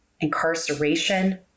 incarceration